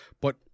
But-